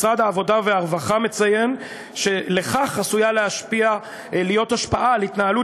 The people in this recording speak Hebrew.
משרד העבודה והרווחה מציין שלכך עשויה להיות השפעה על התנהלות